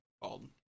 called